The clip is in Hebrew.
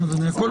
לא.